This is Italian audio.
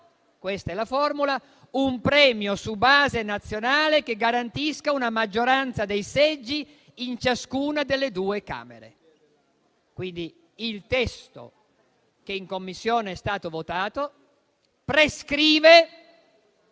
questa è la formula - un premio su base nazionale che garantisca una maggioranza dei seggi in ciascuna delle due Camere. Pertanto, il testo votato in Commissione prescrive